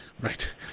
Right